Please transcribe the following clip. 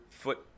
foot